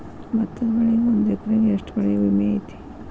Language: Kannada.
ಭತ್ತದ ಬೆಳಿಗೆ ಒಂದು ಎಕರೆಗೆ ಎಷ್ಟ ಬೆಳೆ ವಿಮೆ ಐತಿ?